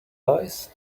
lies